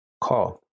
call